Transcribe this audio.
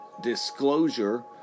Disclosure